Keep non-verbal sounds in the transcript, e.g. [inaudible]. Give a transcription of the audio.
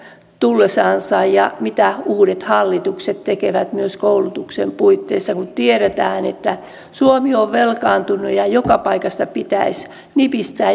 tullessansa ja mitä uudet hallitukset tekevät myös koulutuksen puitteissa kun tiedetään että suomi on velkaantunut ja joka paikasta pitäisi nipistää [unintelligible]